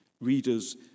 readers